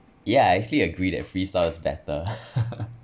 ya actually I agree that freestyle is better